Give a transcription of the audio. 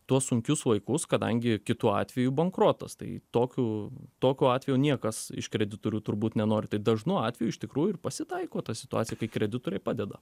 tuos sunkius laikus kadangi kitu atveju bankrotas tai tokiu tokio atvejo niekas iš kreditorių turbūt nenori tai dažnu atveju iš tikrųjų ir pasitaiko ta situacija kai kreditoriai padeda